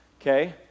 okay